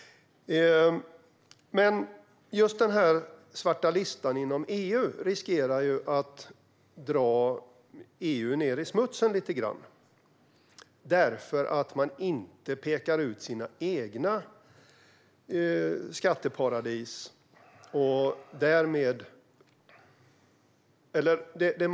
Men just den svarta listan inom EU riskerar att dra ned EU i smutsen lite grann, för man pekar inte ut sina egna skatteparadis.